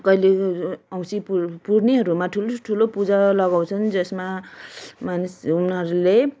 कहिले औसीँ पुर् पूर्णेहरूमा ठुलो ठुलो पूजा लगाउँछन् जसमा मानिस उनीहरूले